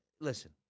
Listen